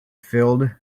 filled